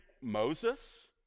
Moses